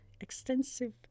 extensive